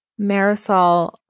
Marisol